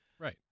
Right